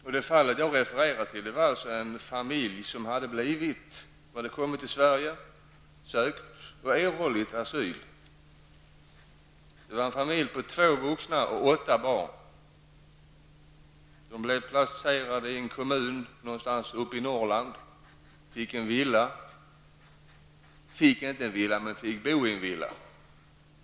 Jag har refererat till en familj som kommit till Sverige, sökt och erhållit asyl. Familjen består av två vuxna och åtta barn, och den blev placerad i en kommun någonstans i Norrland, där familjen fick bo i en villa.